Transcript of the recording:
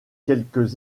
quelques